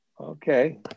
Okay